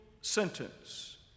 sentence